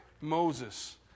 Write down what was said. Moses